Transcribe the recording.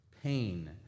pain